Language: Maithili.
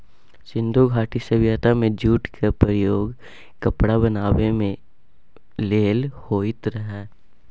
सिंधु घाटी सभ्यता मे जुटक प्रयोग कपड़ा बनाबै लेल होइत रहय